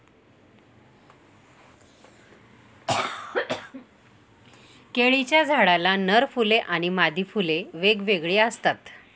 केळीच्या झाडाला नर फुले आणि मादी फुले वेगवेगळी असतात